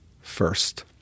first